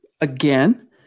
again